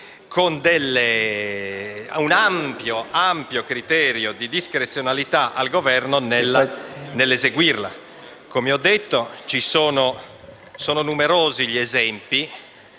con un ampio criterio di discrezionalità nell'eseguirla. Come ho già detto, sono numerosi gli esempi